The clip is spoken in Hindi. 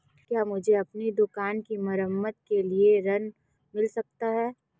क्या मुझे अपनी दुकान की मरम्मत के लिए ऋण मिल सकता है?